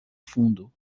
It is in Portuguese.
fundo